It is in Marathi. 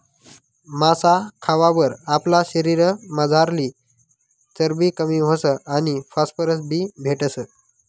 मासा खावावर आपला शरीरमझारली चरबी कमी व्हस आणि फॉस्फरस बी भेटस